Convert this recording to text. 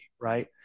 right